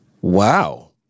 wow